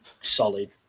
solid